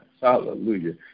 Hallelujah